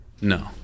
No